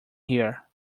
here